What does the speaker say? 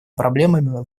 проблемами